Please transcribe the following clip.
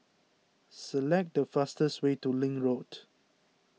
select the fastest way to Link Road